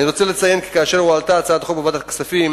אני רוצה לציין כי כאשר הועלתה הצעת החוק בוועדת הכספים,